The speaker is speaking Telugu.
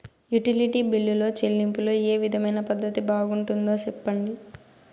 యుటిలిటీ బిల్లులో చెల్లింపులో ఏ విధమైన పద్దతి బాగుంటుందో సెప్పండి?